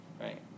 right